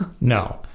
No